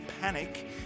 Panic